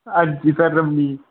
हां जी सर उन्नी